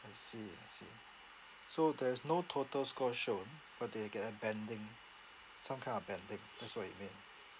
I see I see so there is no total score shown but they get a banding some kind of banding that's what it mean